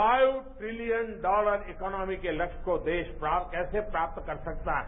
phi trillion dollar economy के लक्ष्य को देश कैसे प्राप्त कर सकता है